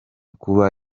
kuba